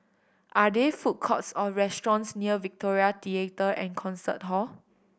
are there food courts or restaurants near Victoria Theatre and Concert Hall